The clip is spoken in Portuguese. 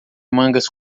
mangas